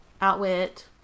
Outwit